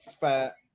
Fair